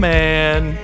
Man